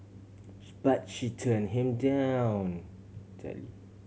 she but she turn him down